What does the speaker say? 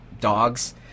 dogs